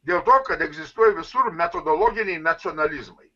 dėl to kad egzistuoja visur metodologiniai nacionalizmai